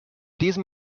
diesem